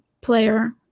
player